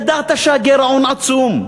ידעת שהגירעון עצום.